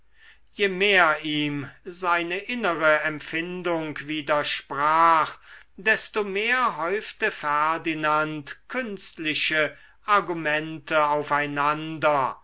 je mehr ihm seine innere empfindung widersprach desto mehr häufte ferdinand künstliche argumente aufeinander